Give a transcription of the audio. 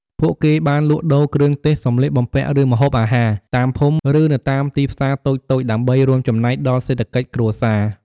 ពួកគេបានលក់ដូរ គ្រឿងទេស សម្លៀកបំពាក់ ឬម្ហូបអាហារ តាមភូមិ ឬនៅតាមទីផ្សារតូចៗ ដើម្បីរួមចំណែកដល់សេដ្ឋកិច្ចគ្រួសារ។